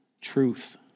truth